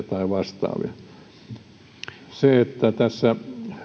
tai vastaavia kun tässä